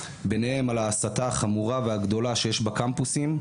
ביניהן על ההסתה הגדולה והחמורה שיש בקמפוסים,